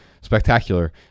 spectacular